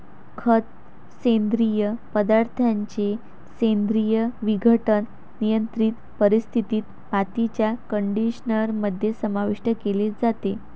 खत, सेंद्रिय पदार्थांचे सेंद्रिय विघटन, नियंत्रित परिस्थितीत, मातीच्या कंडिशनर मध्ये समाविष्ट केले जाते